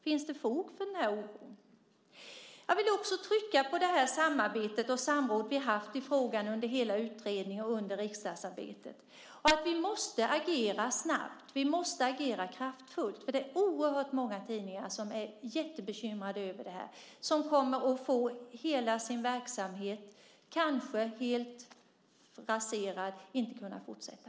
Finns det fog för den oron? Jag vill trycka på det samarbete och samråd som vi haft i frågan under hela utredningen och under riksdagsarbetet. Vi måste agera snabbt och kraftfullt, för det är oerhört många tidningar som är bekymrade över detta och som kanske kommer att få sin verksamhet helt raserad och inte kommer att kunna fortsätta.